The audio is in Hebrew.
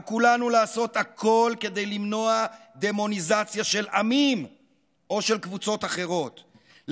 על כולנו לעשות הכול כדי למנוע דמוניזציה של עמים או של קבוצות אחרות,